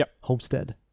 homestead